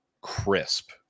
crisp